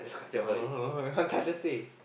no no no no you want touch just say